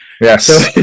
Yes